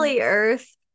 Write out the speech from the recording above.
earth